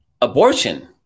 Abortion